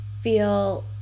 feel